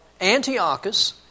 Antiochus